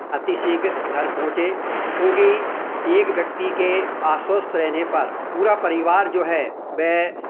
अतिशीघ्र घर पहुंचे क्योंकि एक व्यक्ति के अस्वस्थ रहने पर पूरा परिवार जो है वह